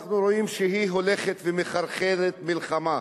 אנחנו רואים שהיא הולכת ומחרחרת מלחמה.